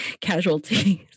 casualties